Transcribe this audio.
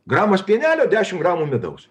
gramas pienelio dešim gramų medaus